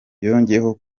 yongeyeho